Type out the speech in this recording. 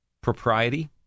propriety